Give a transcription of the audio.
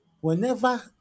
Whenever